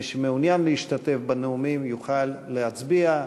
מי שמעוניין להשתתף בנאומים יוכל להצביע.